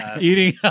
Eating